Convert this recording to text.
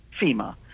FEMA